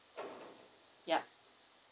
yup